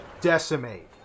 decimate